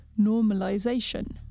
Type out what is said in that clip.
normalization